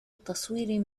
التصوير